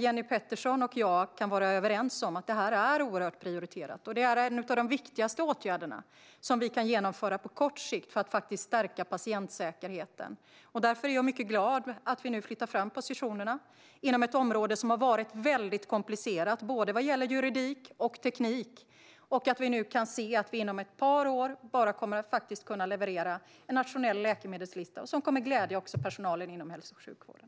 Jenny Petersson och jag kan vara överens om att det här är oerhört prioriterat, och det är en av de viktigaste åtgärderna som vi kan genomföra på kort sikt för att faktiskt stärka patientsäkerheten. Därför är jag mycket glad att vi nu flyttar fram positionerna inom ett område som har varit mycket komplicerat vad gäller juridik och teknik och att vi nu kan se att vi inom ett par år kommer att kunna leverera en nationell läkemedelslista som kommer att glädja också personalen inom hälso och sjukvården.